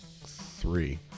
three